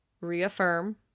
reaffirm